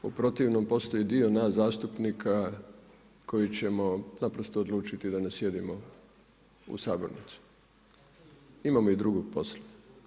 U protivnom postoji dio nas zastupnika koji ćemo naprosto odlučiti da ne sjedimo u sabornici, imamo i drugog posla.